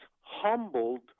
humbled